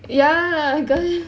ya girl